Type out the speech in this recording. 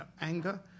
anger